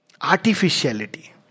Artificiality